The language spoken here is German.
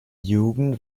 jugend